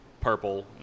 purple